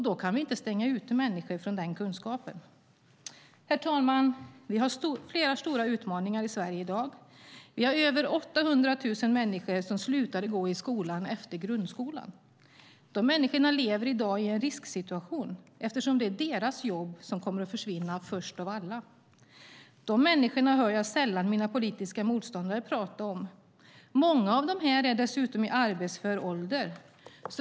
Då kan vi inte stänga ute människor från den kunskapen. Herr talman! Vi har flera stora utmaningar i Sverige i dag. Vi har över 800 000 människor som slutade gå i skolan efter grundskolan. De människorna lever i dag i en risksituation eftersom det är deras jobb som kommer att försvinna först av alla. De människorna hör jag sällan mina politiska motståndare tala om. Många av dessa är dessutom i arbetsför ålder.